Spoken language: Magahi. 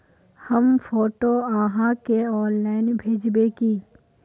हम फोटो आहाँ के ऑनलाइन भेजबे की?